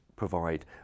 provide